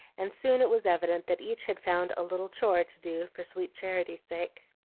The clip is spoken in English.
and soon it was evident that each had found a little chore to do for sweet charity's sake.